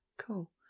Cool